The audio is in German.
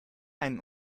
einen